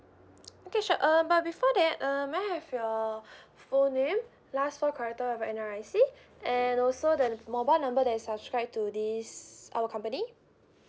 okay sure uh but before that uh may I have your full name last four character of N_R_I_C and also the mobile number that is subscribed to this our company